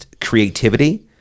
creativity